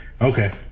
Okay